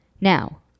Now